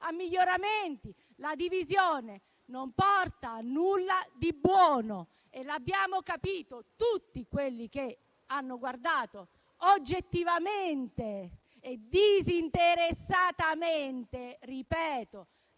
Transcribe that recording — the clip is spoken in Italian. a miglioramenti. La divisione non porta a nulla di buono e l'hanno capito tutti quelli che hanno guardato oggettivamente e disinteressatamente - ripeto